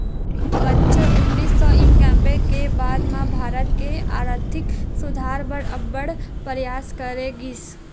बछर उन्नीस सौ इंकानबे के बाद म भारत के आरथिक सुधार बर अब्बड़ परयास करे गिस